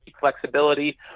flexibility